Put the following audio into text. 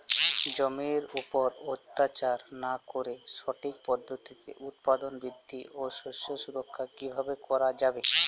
জমির উপর অত্যাচার না করে সঠিক পদ্ধতিতে উৎপাদন বৃদ্ধি ও শস্য সুরক্ষা কীভাবে করা যাবে?